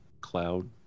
cloud